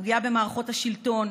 הפגיעה במערכות השלטון,